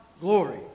glory